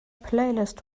playlist